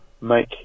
make